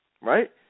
right